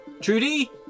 Trudy